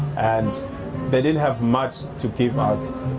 and they didn't have much to give us,